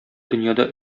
дөньяда